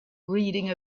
reading